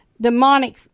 demonic